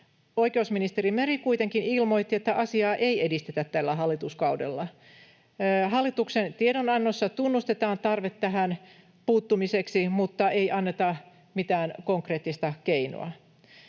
Oikeusministeri Meri kuitenkin ilmoitti, että asiaa ei edistetä tällä hallituskaudella. Hallituksen tiedonannossa tunnustetaan tarve tähän puuttumiseksi mutta ei anneta mitään konkreettista keinoa.